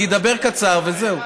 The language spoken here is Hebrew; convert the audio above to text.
אני אדבר קצר וזהו.